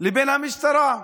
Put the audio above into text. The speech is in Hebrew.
לבין המשטרה.